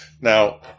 Now